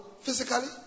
physically